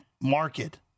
market